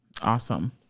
Awesome